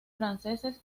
franceses